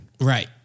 Right